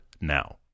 now